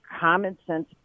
common-sense